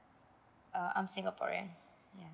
uh I'm singaporean